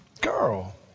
girl